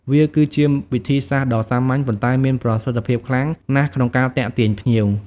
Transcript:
វាគឺជាវិធីសាស្ត្រដ៏សាមញ្ញ ប៉ុន្តែមានប្រសិទ្ធភាពខ្លាំងណាស់ក្នុងការទាក់ទាញភ្ញៀវ។